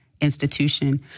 institution